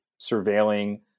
surveilling